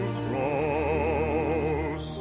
cross ¶¶¶